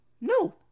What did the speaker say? No